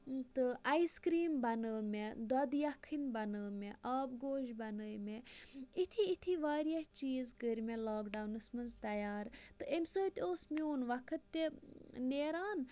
تہٕ ice cream بَنٲو مےٚ دۄدٕ یَکھٕنۍ بَنٲو مےٚ آب گوش بَنٲے مےٚ یِتھی یِتھی واریاہ چیٖز کٔرۍ مےٚ لاک ڈاوُنَس منٛز تَیار تہٕ اَمہِ سۭتۍ اوس میون وَقت تہِ نیران